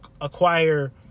acquire